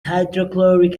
hydrochloric